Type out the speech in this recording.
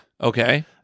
Okay